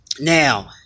now